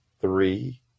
Three